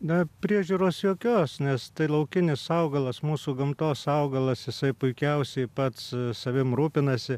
na priežiūros jokios nes tai laukinis augalas mūsų gamtos augalas jisai puikiausiai pats savim rūpinasi